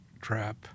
trap